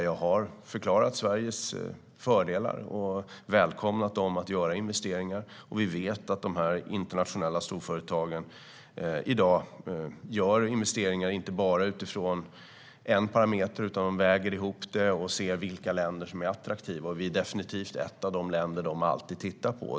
Jag har förklarat Sveriges fördelar och välkomnat dem att göra investeringar. Vi vet att de internationella storföretagen i dag gör investeringar inte bara utifrån en parameter, utan de väger ihop det och ser vilka länder som är attraktiva. Vi är definitivt ett av de länder de alltid tittar på.